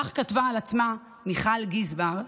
כך כתבה על עצמה מיכל גזבר,